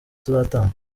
tuzatanga